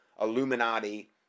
illuminati